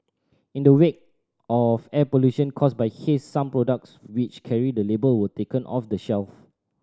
in the wake of air pollution caused by haze some products which carry the label were taken off the shelve